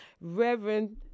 Reverend